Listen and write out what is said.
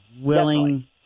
willing